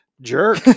Jerk